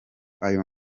ayo